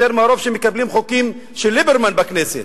יותר מהרוב שמקבלים חוקים של ליברמן בכנסת,